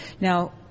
Now